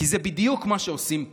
כי זה בדיוק מה שעושים פה.